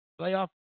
playoff